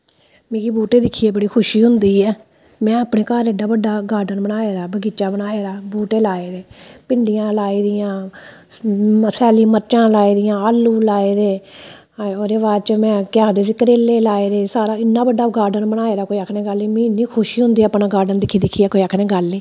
मिगी बूह्टे दिक्खियै बड़ी खुशी होंदी ऐ में अपने घर बड़ा गॉर्डन बनाये दा बगीचा बनाये दा बड़े बूह्टे लाये न भिंडियां लाई दियां सैल्लियां मर्चां लाई दियां आलू लाये दे ते करेले लाये दे इन्ना बड्डा गॉर्डन बनाये दा की कोई आक्खनै दी गल्ल गै निं ऐ मिगी इन्नी खुशी होंदी ऐ अपना गॉर्डन दिक्खियै की कोई गल्ल गै निं ऐ